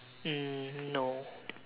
mm no